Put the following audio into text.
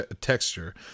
texture